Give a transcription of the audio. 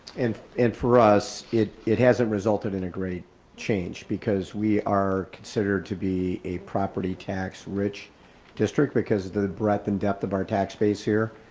and and for us, it it hasn't resulted in a great change because we are considered to be a property tax rich district because the breadth and depth of our tax base here,